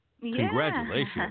Congratulations